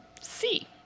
see